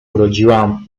urodziłam